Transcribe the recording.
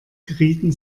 gerieten